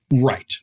Right